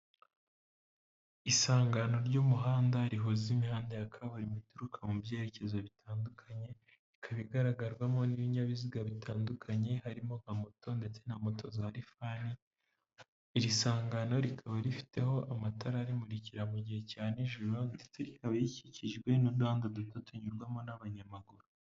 Isangano ry'umuhanda rihuza imihanda ya kaburimbo ituruka mu byerekezo bitandukanye, ikaba igaragarwamo n'ibinyabiziga bitandukanye, harimo nka moto ndetse na moto za rifani, iri sangano rikaba rifiteho amatara arimurikira mu gihe cya n'ijoro ndetse rikaba rikikijwe n'uduhanda duto tunyurwamo n'abanyamaguru.